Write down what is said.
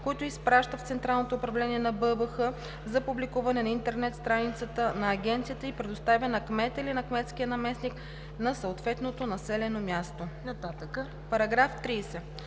които изпраща в Централното управление на БАБХ за публикуване на интернет страницата на агенцията и предоставя на кмета или на кметския наместник на съответното населено място.“